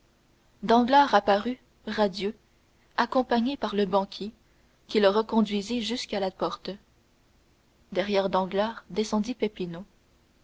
danglars apparut radieux accompagné par le banquier qui le reconduisit jusqu'à la porte derrière danglars descendit